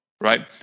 Right